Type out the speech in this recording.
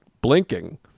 blinking